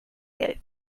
gelb